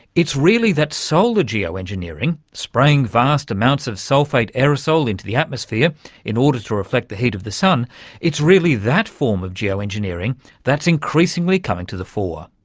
it's really that solar geo-engineering spraying vast amounts of sulphate aerosol into the atmosphere in order to reflect the heat of the sun it's really that form of geo-engineering that's increasingly coming to the fore.